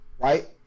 Right